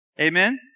Amen